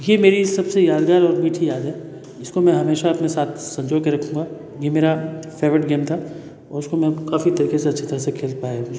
यह मेरी सबसे यादगार और मीठी याद है इसको मैं हमेशा अपने साँथ संजो के रखूँगा यह मेरा फेवरेट गेम था और इसको मैं काफ़ी तरीके से अच्छे तरीके से खेल पाया था इसको